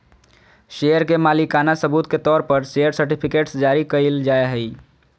share के मालिकाना सबूत के तौर पर शेयर सर्टिफिकेट्स जारी कइल जाय हइ